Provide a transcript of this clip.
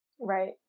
Right